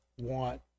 want